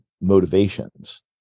motivations